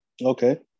Okay